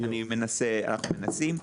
אני מנסה, אנחנו מנסים.